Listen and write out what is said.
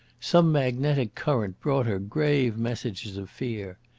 some magnetic current brought her grave messages of fear.